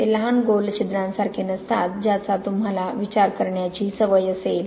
ते लहान गोल छिद्रांसारखे नसतात ज्याचा तुम्हाला विचार करण्याची सवय असेल